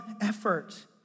effort